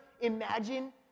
imagine